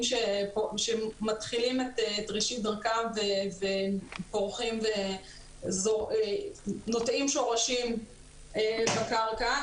שמתחילים את ראשית דרכם ופורחים ונוטעים שורשים בקרקע.